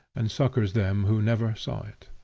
and succors them who never saw it.